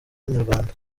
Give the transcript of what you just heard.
inyarwanda